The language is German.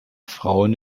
frauen